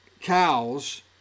cows